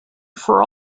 for